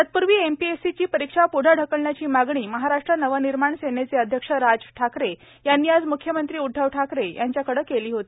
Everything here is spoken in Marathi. तत्पूर्वी एमपीएससीची परीक्षा पुढे ढकलण्याची मागणी महाराष्ट्र नवनिर्माण सेनेचे अध्यक्ष राज ठाकरे यांनी आज मुख्यमंत्री उदधव ठाकरे यांच्याकडे केली होती